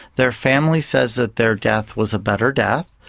their family says that their death was a better death,